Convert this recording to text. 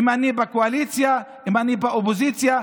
בבוקר,